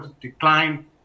decline